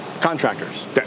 contractors